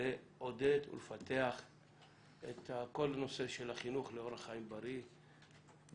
לעודד ולפתח את כל הנושא של החינוך לאורח חיים בריא בבית,